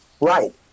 Right